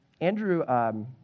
Andrew